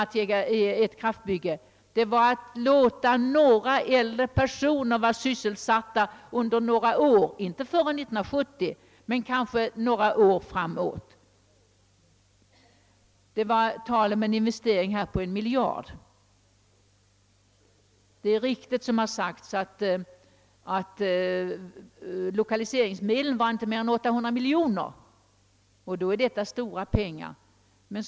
Det realistiska motivet är kort och gott att man vill ge några äldre personer sysseisättning från 1970 och några år framåt. Här talades om att en investering på en miljard måste göras. Som man har sagt, uppgick inte lokaliseringsmedlen till mer än 800 miljoner, och jämfört med det är en miljard stora pengar bara för Vindelälven.